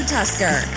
Tusker